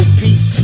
peace